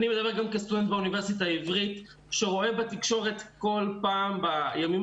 אני מדבר גם כסטודנט באוניברסיטה העברית שרואה בתקשורת כל פעם בימים